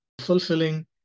fulfilling